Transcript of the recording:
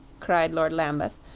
cried lord lambeth.